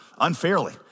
unfairly